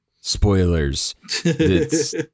spoilers